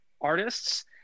artists